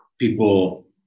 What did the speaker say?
people